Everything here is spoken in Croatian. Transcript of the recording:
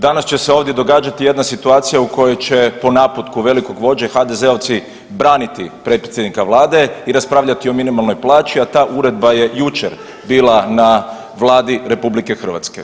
Danas će se ovdje događati jedna situacija u kojoj će po naputku velikog vođe HDZ-ovci braniti predsjednika vlade i raspravljati o minimalnoj plaći, a ta uredba je jučer bila na Vladi RH.